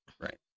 Right